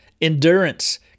endurance